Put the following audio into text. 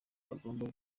bagomba